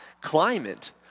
climate